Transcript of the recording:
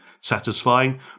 satisfying